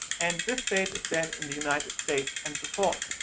and this state is then in the united states, and so forth.